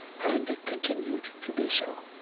and continued to be so.